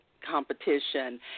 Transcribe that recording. competition